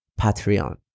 patreon